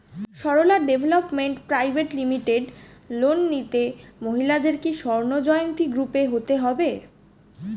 Sarala development private limited loan নিতে মহিলাদের কি স্বর্ণ জয়ন্তী গ্রুপে হতে হবে?